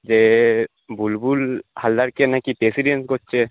যে বুলবুল হালদারকে নাকি প্রেসিডেন্ট করছে